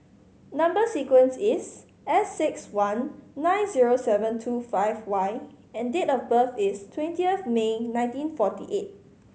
number sequence is S six one nine zero seven two five Y and date of birth is twentieth May nineteen forty eight